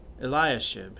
Eliashib